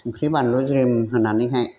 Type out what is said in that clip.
संख्रि बानलु ज्रोम होनानैहाय